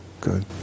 good